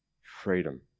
freedom